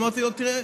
אמרתי לו: תראה,